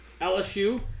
LSU